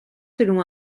selon